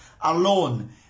alone